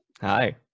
Hi